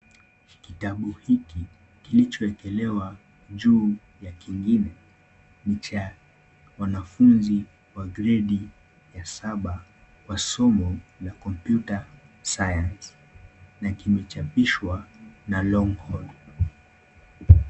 Kitabu hiki kilicho wekelewa juu ya kingine ni cha wanafunzi wa gredi ya saba wa somo ya computer science na kimechapishwa na longhorn .